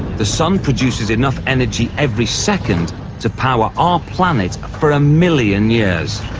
the sun produces enough energy every second to power our planet for a million years.